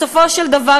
בסופו של דבר,